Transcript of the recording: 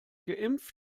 geimpft